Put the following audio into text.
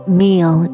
meal